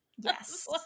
Yes